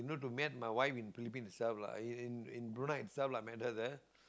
to met my wife in Phillipines itself lah I in in Brunei itself lah right